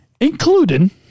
including